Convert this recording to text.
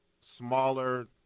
smaller